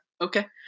Okay